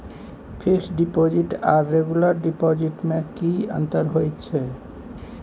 Fix deposit आर regular deposit में की अंतर होय छै?